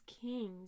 kings